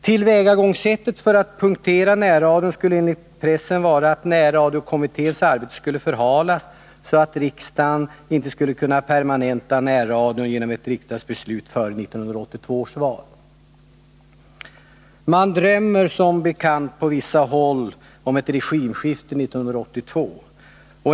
Tillvägagångssättet för att punktera närradion skulle enligt pressen vara att närradiokommitténs arbete skulle förhalas, så att riksdagen inte skulle kunna permanenta närradion genom ett beslut före 1982 års val. Man drömmer som bekant på vissa håll om ett regimskifte 1982.